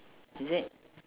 is it